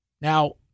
Now